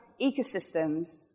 ecosystems